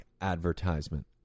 advertisement